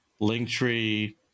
linktree